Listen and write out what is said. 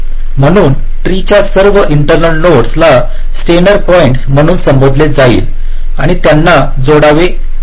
म्हणून ट्री च्या सर्व इंटर्नल नोड्स ला स्टीनर पॉइंट्स म्हणून संबोधले जाईल आणि त्यांना जोडले जावे